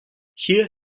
hier